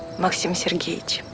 maksim sergeevich.